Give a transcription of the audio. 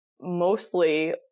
mostly